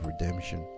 redemption